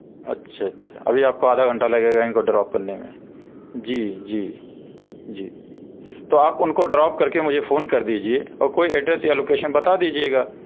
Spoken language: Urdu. اچھا اچھا ابھی آپ کو آدھا گھنٹہ لگے گا ان کو ڈراپ کرنے میں جی جی جی تو آپ ان کو ڈراپ کر کے مجھے فون کر دیجیے اور کوئی ایڈرس یا لوکیشن بتا دیجیے گا